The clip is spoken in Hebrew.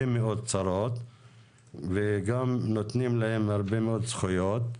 מאוד צרות וגם נותנים להם הרבה מאוד זכויות,